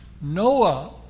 Noah